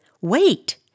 Wait